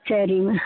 சரிம்மா